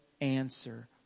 answer